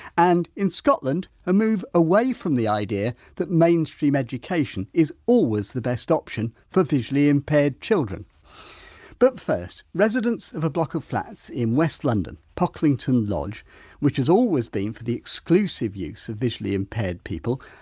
and in scotland, a move away from the idea that mainstream education is always the best option for visually impaired children but first, residents of a block of flats in west london pocklington lodge which has always been for the exclusive use of visually impaired people,